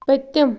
پٔتِم